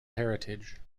heritage